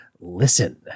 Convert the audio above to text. Listen